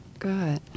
Good